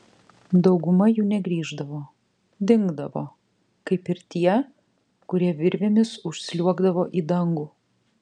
dauguma jų negrįždavo dingdavo kaip ir tie kurie virvėmis užsliuogdavo į dangų